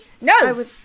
No